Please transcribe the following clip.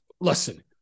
listen